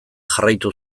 jarraitu